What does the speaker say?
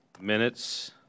minutes